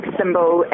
symbol